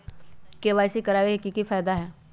KYC करवाबे के कि फायदा है?